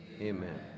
Amen